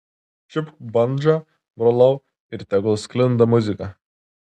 čiupk bandžą brolau ir tegul sklinda muzika